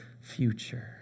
future